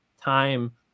time